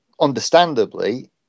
understandably